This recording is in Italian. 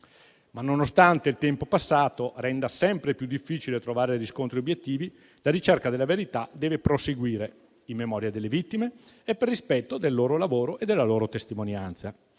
Nonostante il tempo passato renda sempre più difficile trovare riscontri obiettivi, la ricerca della verità deve proseguire, in memoria delle vittime e per rispetto del loro lavoro e della loro testimonianza.